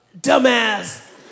dumbass